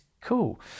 cool